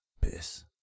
Piss